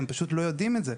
הם פשוט לא יודעים את זה.